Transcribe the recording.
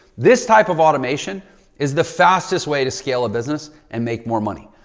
this type of automation is the fastest way to scale a business and make more money.